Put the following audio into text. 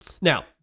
now